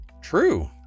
True